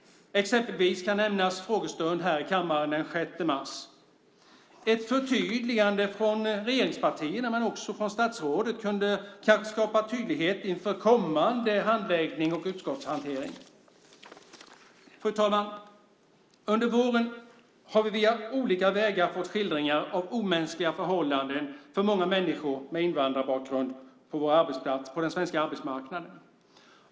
Exempelvis kan nämnas en frågestund här i kammaren den 6 mars. Ett förtydligande från regeringspartierna men också från statsrådet kunde kanske skapa tydlighet inför kommande handläggning och utskottshantering. Fru talman! Under våren har vi via olika vägar fått skildringar av omänskliga förhållanden, för många människor med invandrarbakgrund, på den svenska arbetsmarknaden.